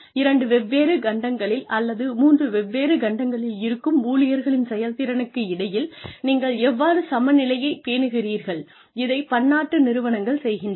இரண்டு வெவ்வேறு கண்டங்களில் அல்லது மூன்று வெவ்வேறு கண்டங்களில் இருக்கும் ஊழியர்களின் செயல்திறனுக்கு இடையில் நீங்கள் எவ்வாறு சமநிலையை பேணுகிறீர்கள் இதை பன்னாட்டு நிறுவனங்கள் செய்கின்றன